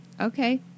Okay